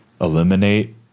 eliminate